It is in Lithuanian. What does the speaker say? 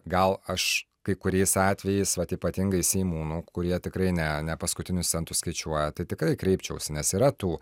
gal aš kai kuriais atvejais vat ypatingai seimūnų kurie tikrai ne ne paskutinius centus skaičiuoja tai tikrai kreipčiausi nes yra tų